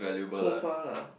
so far